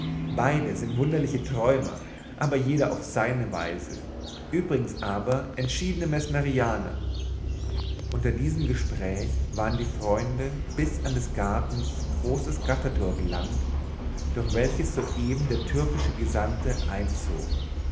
beide sind wunderliche träumer aber jeder auf seine weise übrigens aber entschiedene mesmerianer unter diesem gespräch waren die freunde bis an des gartens großes gattertor gelangt durch welches soeben der türkische gesandte einzog